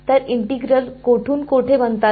तर इंटिग्रल कोठून कोठे बनतात